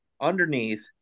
underneath